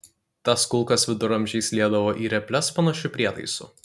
tas kulkas viduramžiais liedavo į reples panašiu prietaisu